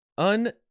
Un